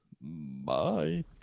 Bye